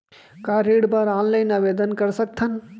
का ऋण बर ऑनलाइन आवेदन कर सकथन?